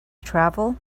travel